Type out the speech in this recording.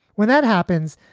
when that happens,